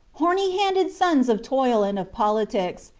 horny-handed sons of toil and of politics,